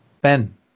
Ben